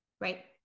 right